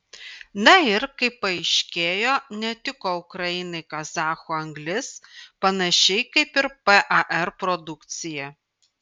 na ir kaip paaiškėjo netiko ukrainai kazachų anglis panašiai kaip par produkcija